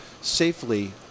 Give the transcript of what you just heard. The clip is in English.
safely